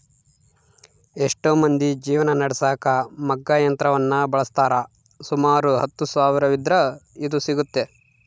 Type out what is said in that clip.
ಎಷ್ಟೊ ಮಂದಿ ಜೀವನ ನಡೆಸಕ ಮಗ್ಗ ಯಂತ್ರವನ್ನ ಬಳಸ್ತಾರ, ಸುಮಾರು ಹತ್ತು ಸಾವಿರವಿದ್ರ ಇದು ಸಿಗ್ತತೆ